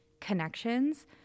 connections